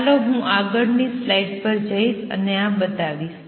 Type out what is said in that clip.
ચાલો હું આગળની સ્લાઈડ પર જઈશ અને આ બતાવીશ